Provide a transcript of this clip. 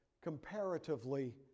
comparatively